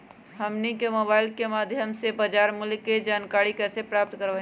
हमनी के मोबाइल के माध्यम से बाजार मूल्य के जानकारी कैसे प्राप्त करवाई?